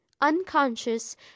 unconscious